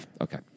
Okay